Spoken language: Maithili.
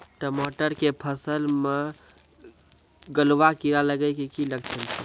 टमाटर के फसल मे गलुआ कीड़ा लगे के की लक्छण छै